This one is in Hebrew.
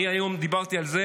היום דיברתי על זה